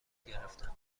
گرفتند